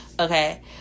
Okay